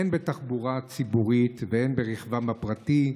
הן בתחבורה הציבורית והן ברכבם הפרטי,